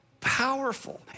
powerful